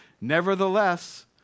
nevertheless